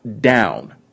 down